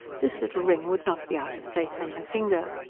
this little ring would not be out of place on her finger.